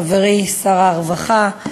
חברי שר הרווחה,